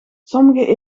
sommige